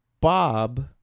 Bob